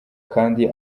kandi